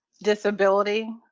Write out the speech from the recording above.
disability